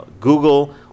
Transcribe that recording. Google